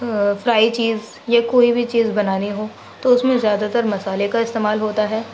fry چیز یا کوئی بھی چیز بنانی ہو تو اس میں زیادہ تر مسالے کا استعمال ہوتا ہے